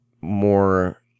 more